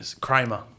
Kramer